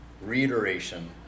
reiteration